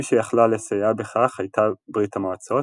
מי שיכלה לסייע בכך הייתה ברית המועצות,